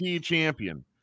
champion